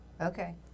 Okay